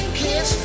kiss